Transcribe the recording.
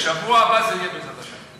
בשבוע הבא זה יהיה, בעזרת השם.